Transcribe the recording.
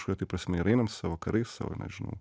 kažkuria tai prasme ir einam su savo karais savo nežinau